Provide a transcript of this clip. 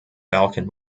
balkan